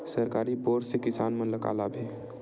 सरकारी बोर से किसान मन ला का लाभ हे?